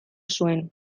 zuen